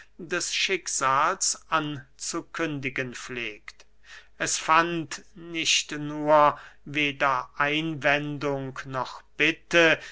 des schicksals anzukündigen pflegt es fand nicht nur weder einwendung noch bitte